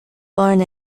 born